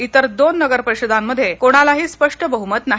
इतर दोन नगरपरिषदांमध्ये कोणालाही स्पष्ट बह्मत नाही